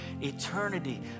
eternity